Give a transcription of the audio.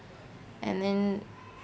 and then